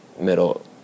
middle